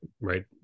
right